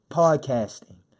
podcasting